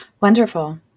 Wonderful